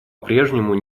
прежнему